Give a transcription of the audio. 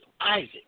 Isaac